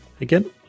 Again